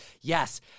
Yes